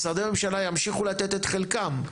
משרדי ממשלה ימשיכו לתת את חלקם,